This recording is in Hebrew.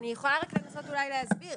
אני יכולה לנסות להסביר.